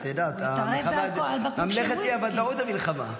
את יודעת, ממלכת אי-הוודאות זו המלחמה.